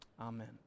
Amen